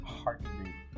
heartbreak